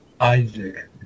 Isaac